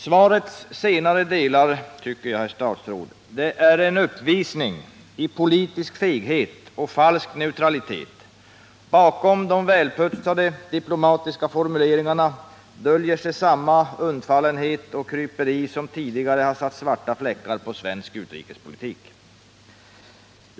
Svarets senare delar är, tycker jag, en uppvisning i politisk feghet och falsk neutralitet. Bakom de välputsade diplomatiska formuleringarna döljer sig samma undfallenhet och kryperi som tidigare har satt svarta fläckar på svensk utrikespolitik.